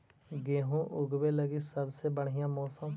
गेहूँ ऊगवे लगी सबसे बढ़िया मौसम?